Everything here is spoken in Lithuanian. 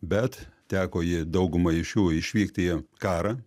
bet teko jį daugumai iš jų išvykti į karą